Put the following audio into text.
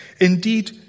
Indeed